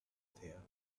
there